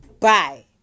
Bye